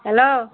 hello